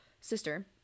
sister